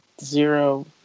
zero